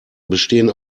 bestehen